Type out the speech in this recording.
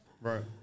Right